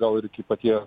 gal ir iki paties